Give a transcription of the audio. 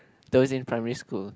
those in primary school